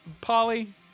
Polly